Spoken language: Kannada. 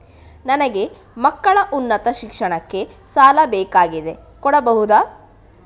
ನನಗೆ ಮಕ್ಕಳ ಉನ್ನತ ಶಿಕ್ಷಣಕ್ಕೆ ಸಾಲ ಬೇಕಾಗಿದೆ ಕೊಡಬಹುದ?